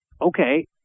okay